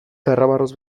karramarroz